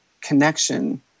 connection